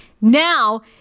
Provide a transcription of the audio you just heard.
now